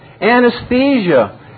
anesthesia